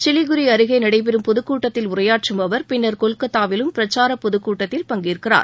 சிவிகுரி அருகே நடைபெறும் பொதுக் கூட்டத்தில் உரையாற்றும் அவர் பின்னர் கொல்கத்தாவிலும் பிரச்சார பொதுக் கூட்டத்தில் பங்கேற்கிறார்